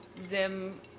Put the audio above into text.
Zim